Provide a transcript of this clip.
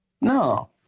No